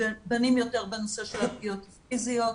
בנים יותר בנושא של הפגיעות הפיזיות.